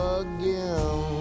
again